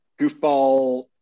goofball